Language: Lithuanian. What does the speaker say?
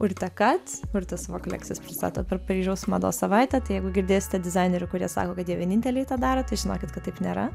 urtė kat urtė savo kolekcijas pristato per paryžiaus mados savaitę tai jeigu girdėsite dizainerių kurie sako kad jie vieninteliai tą daro tai žinokit kad taip nėra